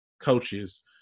coaches